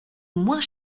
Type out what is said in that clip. moins